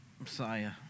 Messiah